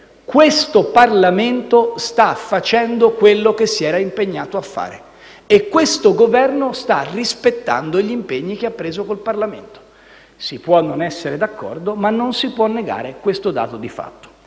questo Parlamento sta facendo quello che si era impegnato a fare, e questo Governo sta rispettando gli impegni presi con il Parlamento. Si può non essere d'accordo, ma non si può negare questo dato di fatto.